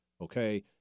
okay